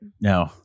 No